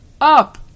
up